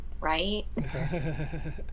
right